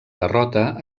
derrota